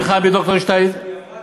היא גם אמרה,